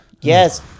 yes